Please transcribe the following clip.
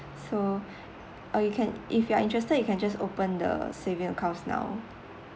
so or you can if you're interested you can just open the saving accounts no